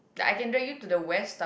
yeah I can drag you to the west lah